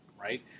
right